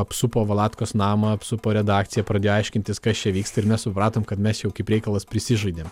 apsupo valatkos namą apsupo redakciją pradėjo aiškintis kas čia vyksta ir mes supratom kad mes jau kaip reikalas prisižaidėm